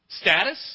Status